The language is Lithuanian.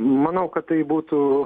manau kad tai būtų